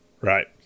Right